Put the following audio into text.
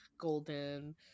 golden